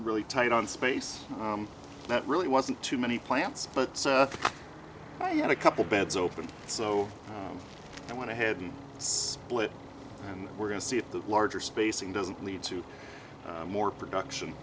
really tight on space that really wasn't too many plants but you had a couple beds open so i went ahead and split and we're going to see if the larger spacing doesn't lead to more production